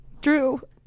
drew